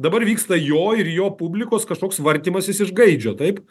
dabar vyksta jo ir jo publikos kažkoks vartymasis iš gaidžio taip